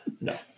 no